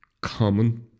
common